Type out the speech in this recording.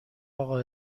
اقا